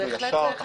ישר.